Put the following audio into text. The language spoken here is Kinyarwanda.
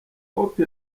hope